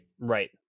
right